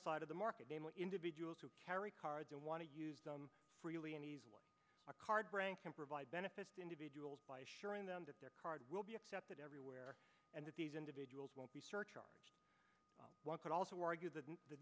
side of the market namely individuals who carry cards and want to use them freely and a card rank can provide benefits to individuals by assuring them that their card will be accepted everywhere and that these individuals won't be surcharged one could also argue that the